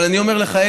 אבל אני אומר לך,